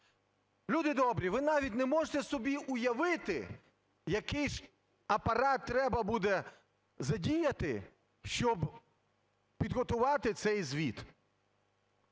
Люди добрі, ви навіть не можете собі уявити, який ж апарат треба буде задіяти, щоб підготувати цей звіт.